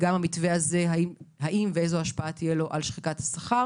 למתווה הזה תהיה השפעה ואיזו על שחיקת השכר.